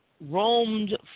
roamed